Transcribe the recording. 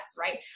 right